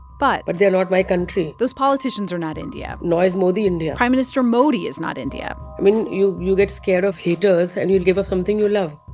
but but. they are not my country those politicians are not india nor is modi india prime minister modi is not india i mean, you you get scared of haters, and you'll give up something you love